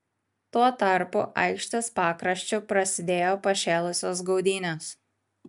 tuo tarpu aikštės pakraščiu prasidėjo pašėlusios gaudynės